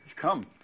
Come